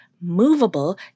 movable